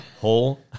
Whole